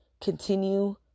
continue